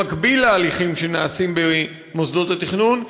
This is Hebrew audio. במקביל להליכים שנעשים במוסדות התכנון,